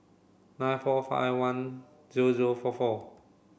nine four five one zero zero four four